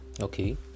okay